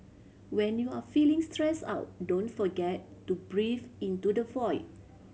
when you are feeling stressed out don't forget to breathe into the void